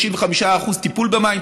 95% טיפול במים,